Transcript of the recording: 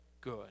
good